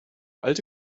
alte